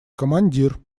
командир